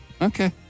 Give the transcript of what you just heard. Okay